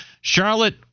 Charlotte